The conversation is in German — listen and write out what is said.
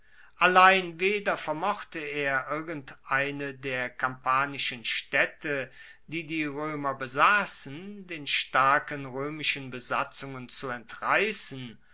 allein weder vermochte er irgendeine der kampanischen staedte die die roemer besassen den starken roemischen besatzungen zu entreissen